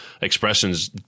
expressions